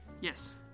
Yes